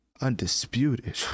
undisputed